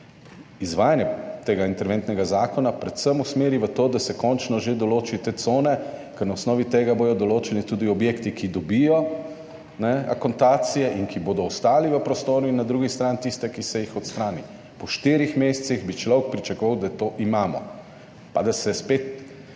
izvajanje tega interventnega zakona, predvsem usmeri v to, da se končno že določi te cone, ker na osnovi tega bodo določeni tudi objekti, ki dobijo akontacije in ki bodo ostali v prostoru in na drugi strani tiste, ki se jih odstrani - po štirih mesecih, bi človek pričakoval, da to imamo. Pa, da se spet